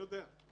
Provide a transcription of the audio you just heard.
אני לא יודע.